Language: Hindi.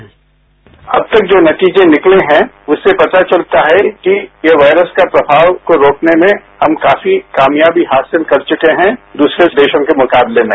साउंड बाईट अब तक जो नतीजे निकले हैं उससे पता चलता है कि यह वायरस का प्रभाव को रोकने में हम काफी कामयाबी हासिल कर चुके हैं दूसरे देशों के मुकाबले में